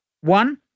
one